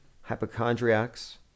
hypochondriacs